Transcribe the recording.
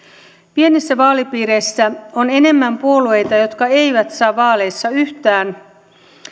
pienissä vaalipiireissä on enemmän puolueita jotka eivät saa vaaleissa yhtään